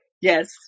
Yes